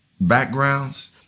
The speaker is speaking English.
backgrounds